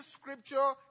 scripture